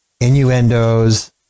innuendos